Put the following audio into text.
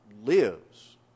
lives